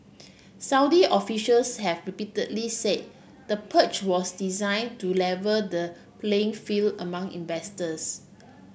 Saudi officials have repeatedly say the purge was design to level the playing field among investors